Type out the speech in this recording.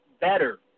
better